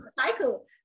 cycle